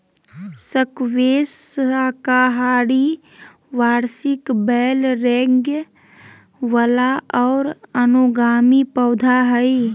squash साकाहारी वार्षिक बेल रेंगय वला और अनुगामी पौधा हइ